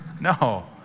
no